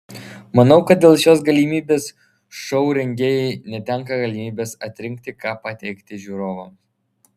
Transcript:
manau kad dėl šios galimybės šou rengėjai netenka galimybės atrinkti ką pateikti žiūrovams